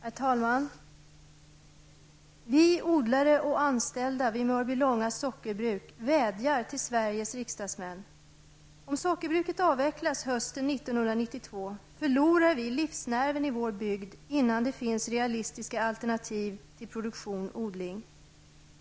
Herr talman! ''Vi odlare och anställda vid 1992 förlorar vi livsnerven i vår bygd innan det finns realistiska alternativ till produktion/odling.